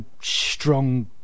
strong